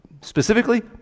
Specifically